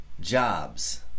jobs